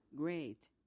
Great